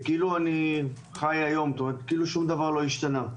וכאילו דבר לא השתנה.